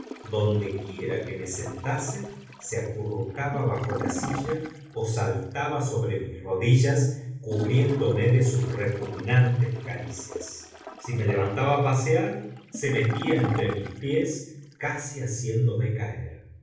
lector dondequiera que me sentase se acurrucaba bajo la silla o saltaba sobre mis rodillas cubriéndome de sus repugnantes caricias si me levantaba a pasear se metía entre mis pies casi haciéndome caer